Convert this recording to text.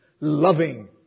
Loving